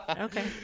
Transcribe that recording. Okay